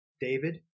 David